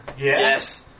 Yes